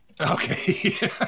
Okay